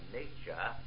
nature